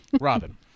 robin